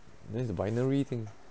that's a binary thing